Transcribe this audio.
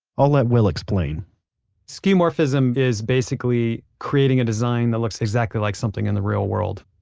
i'll let will explain skeuomorphism is basically creating a design that looks exactly like something in the real world.